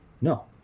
No